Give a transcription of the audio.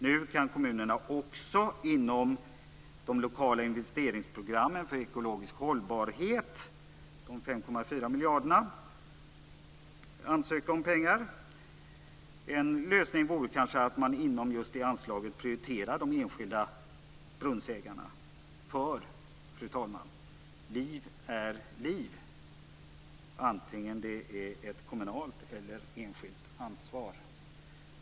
Nu kan kommunerna också inom de lokala investeringsprogrammen för ekologisk hållbarhet - de 5,4 miljarderna - ansöka om pengar. En lösning vore kanske att inom just detta anslag prioritera de enskilda brunnsägarna, därför att liv är liv, fru talman, oavsett om ansvaret är kommunalt eller enskilt.